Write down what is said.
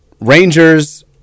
Rangers